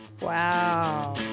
Wow